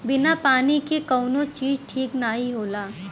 बिना पानी के कउनो चीज ठीक नाही होला